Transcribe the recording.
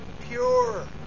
pure